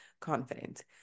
confident